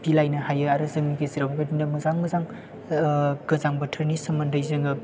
बिलायनो हायो आरो जोंनि गेजेराव बेबायदिनो मोजां मोजां गोजां बोथोरनि सोमोन्दै जोङो